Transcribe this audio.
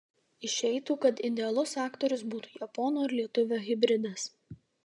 išeitų kad idealus aktorius būtų japono ir lietuvio hibridas